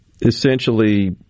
essentially